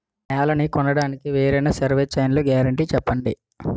నేలనీ కొలవడానికి వేరైన సర్వే చైన్లు గ్యారంటీ చెప్పండి?